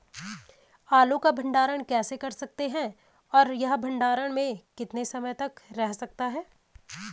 आलू को भंडारण कैसे कर सकते हैं और यह भंडारण में कितने समय तक रह सकता है?